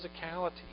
physicality